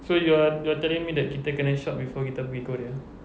so you are you are telling me that kita kena shop before kita pergi korea